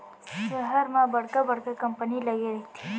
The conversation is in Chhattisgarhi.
सहर म बड़का बड़का कंपनी लगे रहिथे